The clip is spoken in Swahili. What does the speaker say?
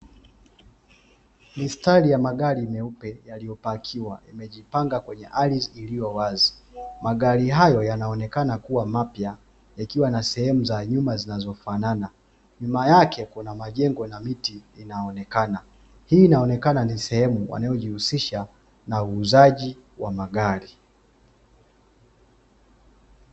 Mistari ya magari meupe yaliyopakiwa yamejipanga kwenye ardhi iliyowazi, Magari hayo yanaonekana kuwa mapya yakiwa na sehemu za nyuma zinazofanana. Nyuma yake kuna majengo na miti inaonekana. Hii inaonekana ni sehemu wanayojihusisha na uuzaji wa magari.